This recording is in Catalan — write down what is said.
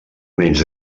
menys